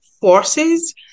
forces